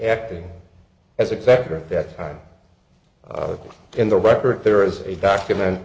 acting as executor at that time in the record there is a document